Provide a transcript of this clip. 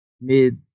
mid